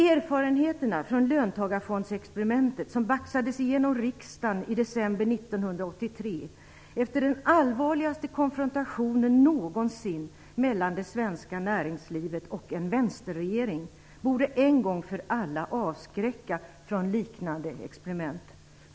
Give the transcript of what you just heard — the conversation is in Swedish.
Erfarenheterna från löntagarfondsexperimentet, som baxades genom riksdagen i december 1983 efter den allvarligaste konfrontationen någonsin mellan det svenska näringslivet och en vänsterregering, borde en gång för alla avskräcka från liknande experiment.